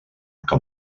que